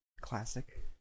classic